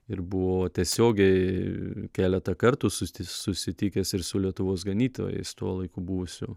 ir buvo tiesiogiai keletą kartų susti susitikęs ir su lietuvos ganytojais tuo laiku buvusiu